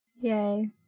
Yay